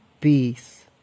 peace